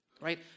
right